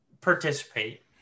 participate